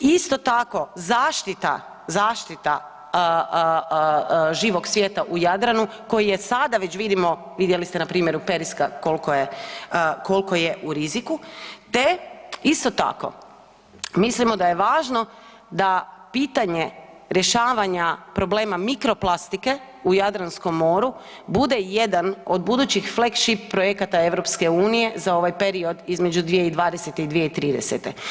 Isto tako zaštita, zaštita život svijeta u Jadranu koji je sada već vidimo, vidjeli ste na primjeru Periska kolko je, kolko je u riziku, te isto tako mislimo da je važno da pitanje rješavanja problema mikro plastike u Jadranskom moru bude jedan od budućih flek šip projekata EU za ovaj period između 2020. i 2030.